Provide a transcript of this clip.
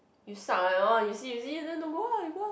you suck you see you see then don't go uh I go uh